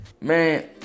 Man